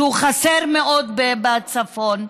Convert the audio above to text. שחסר מאוד בצפון,